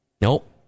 Nope